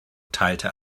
teilte